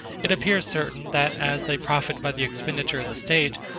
it appears certain that, as they profit by the expenditure of the state,